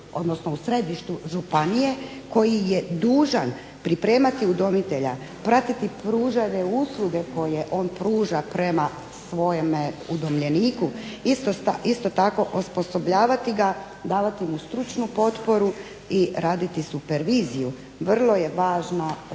zavodu u središtu županije koji je dužan pripremati udomitelja, pratiti pružanje usluge koju on pruža prema svom udomljeniku. Isto tako osposobljavati ga, davati mu stručnu potporu i raditi superviziju. Vrlo je važna